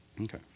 Okay